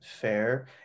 fair